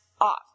off